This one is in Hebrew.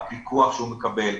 הפיקוח שהוא מקבל,